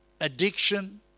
addiction